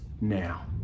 now